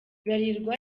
bralirwa